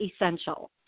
essential